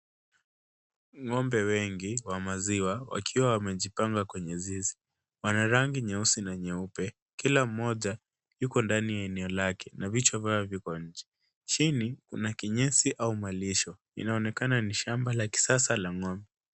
Ngombe wengi wa maziwa wakiwa wamejipanga kwenye zizi, wana rangi ya nyeusi na nyeupe kila moja yuko ndani ya eneo lake na vichwa vyao viko nje. Chini kuna kinyesi au malisho inaonekana ni shamba la kisasa la ngombe.